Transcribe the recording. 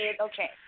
Okay